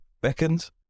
beckons